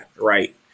right